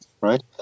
right